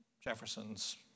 Jefferson's